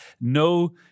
no